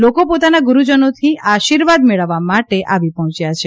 લોકો પોતાના ગુરૂજનોથી આશીર્વાદ મેળવવા માટે આવી પર્હોચ્યા છે